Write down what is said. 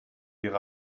ihre